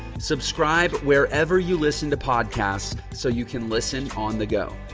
subscribe wherever you listen to podcasts. so you can listen on the go.